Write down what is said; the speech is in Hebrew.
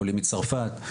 עולים מצרפת,